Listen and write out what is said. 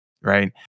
right